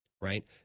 right